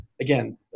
Again